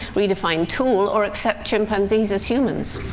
redefine tool, or accept chimpanzees as humans.